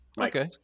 Okay